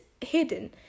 hidden